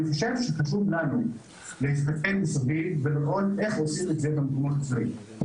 אני חושב שחשוב לנו להסתכל מסביב ולראות איך עושים את זה במקומות אחרים.